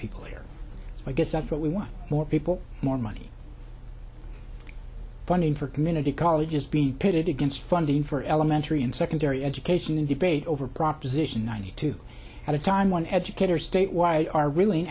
people here i guess that's what we want more people more money funding for community colleges be pitted against funding for elementary and secondary education in debate over proposition ninety two at a time when educators statewide are re